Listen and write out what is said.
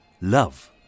love